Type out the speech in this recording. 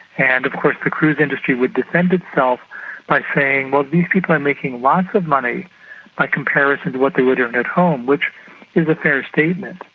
and of course the cruise industry would defend itself by saying, well, these people are making lots of money by comparison to what they would earn at home which is a fair statement.